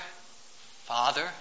Father